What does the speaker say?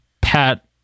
Pat